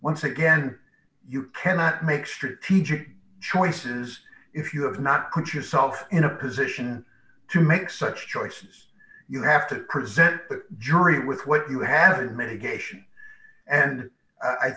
once again you cannot make strategic choices if you have not put yourself in a position to make such choices you have to present the jury with what you have a medication and i